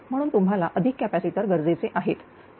म्हणून तुम्हाला अधिक कॅपॅसिटर गरजेचे आहेत